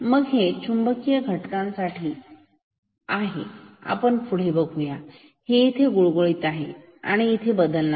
मग हे चुंबकीय घटकांसाठी आहे आपण पुढे बघूया हे इथे गुळगुळीत आहे आणि इथे बदलणारे आहे